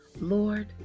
Lord